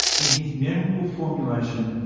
in his memorable formulation,